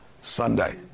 Sunday